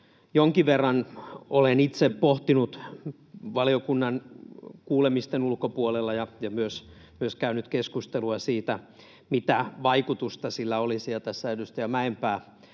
Jonkin verran olen itse pohtinut valiokunnan kuulemisten ulkopuolella sitä ja myös käynyt keskustelua siitä, mitä vaikutusta sillä olisi. Tässä edustaja Mäenpää